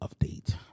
update